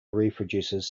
reproduces